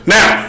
Now